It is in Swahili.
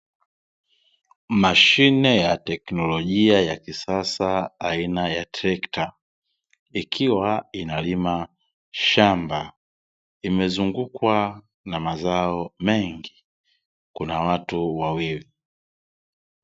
Mashine ya teknolojia ya kisasa, aina ya trekta, ikiwa inalima shamba, imezungukwa na mazao mengi kuna watu wawili.